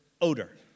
odor